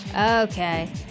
Okay